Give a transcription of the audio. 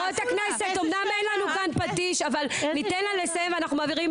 << יור >> פנינה תמנו (יו"ר הוועדה לקידום מעמד